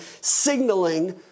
signaling